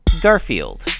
Garfield